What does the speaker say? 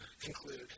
conclude